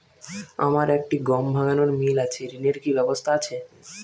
আমার একটি গম ভাঙানোর মিল আছে ঋণের কি ব্যবস্থা আছে?